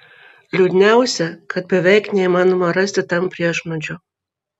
liūdniausia kad beveik neįmanoma rasti tam priešnuodžio